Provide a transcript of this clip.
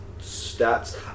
stats